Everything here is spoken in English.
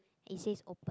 it says open